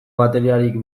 bateriarik